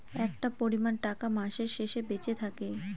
একটা পরিমান টাকা মাসের শেষে বেঁচে থাকে